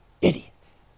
idiots